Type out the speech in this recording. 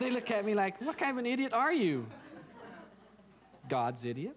they look at me like what kind of an idiot are you gods idiot